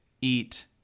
eat